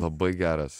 labai geras